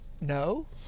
No